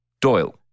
Doyle